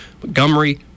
Montgomery